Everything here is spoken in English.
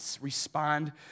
respond